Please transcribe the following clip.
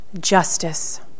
justice